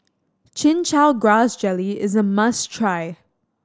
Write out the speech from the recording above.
Chin Chow Grass Jelly is a must try